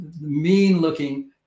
mean-looking